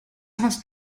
hast